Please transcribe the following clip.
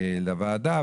לוועדה,